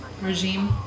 regime